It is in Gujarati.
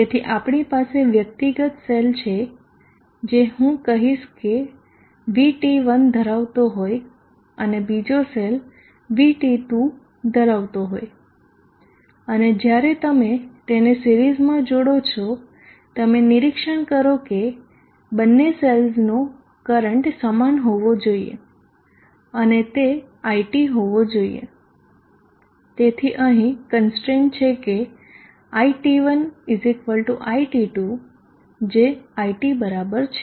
તેથી આપણી પાસે વ્યક્તિગત સેલ છે જે હું કહીશ કે VT1 ધરાવતો હોય અને બીજો સેલ VT2 ધરાવતો હોય અને જ્યારે તમે તેને સિરીઝમાં જોડો છો તમે નિરીક્ષણ કરો કે બંને સેલ્સનો કરંટ સમાન હોવો જોઈએ અને તે iT હોવો જોઈએ તેથી અહીં કનસ્ટ્રેઈન્સ છે કે iT1 iT2 જે iT બરાબર છે